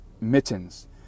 mittens